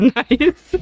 nice